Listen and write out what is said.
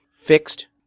fixed